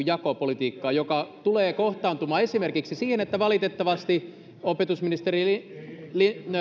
jakopolitiikkaa joka tulee kohtaantumaan esimerkiksi siinä että valitettavasti opetusministeri